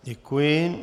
Děkuji.